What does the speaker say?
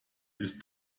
ist